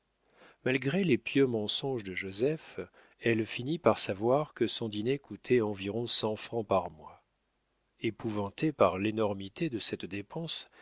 malgré les pieux mensonges de joseph elle finit par savoir que son dîner coûtait environ cent francs par mois épouvantée par l'énormité de cette dépense